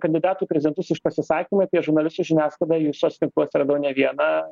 kandidatų į prezidentus iš pasisakymų apie žurnalistus žiniasklaidą jų soc tinkluose radau ne vieną